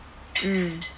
mm